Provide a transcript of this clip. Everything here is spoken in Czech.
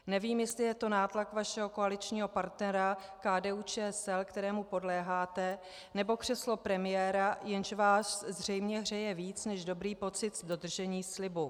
Nevím, jestli je to nátlak vašeho koaličního partnera KDUČSL, kterému podléháte, nebo křeslo premiéra, jež vás zřejmě hřeje víc než dobrý pocit z dodržení slibu.